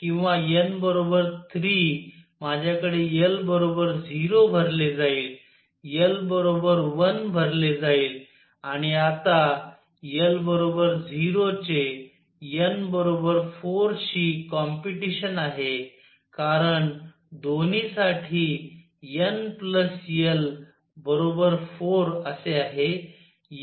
किंवा n 3 माझ्याकडे l 0 भरले जाईल l 1 भरले जाईल आणि आता l 0 चे n बरोबर 4 शी कॉम्पिटिशन आहे कारण दोन्हीसाठी n l 4 असे आहे